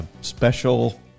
special